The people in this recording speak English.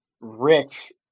rich